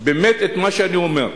באמת את מה שאני אומר,